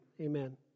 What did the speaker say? amen